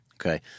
Okay